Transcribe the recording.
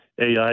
AI